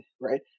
right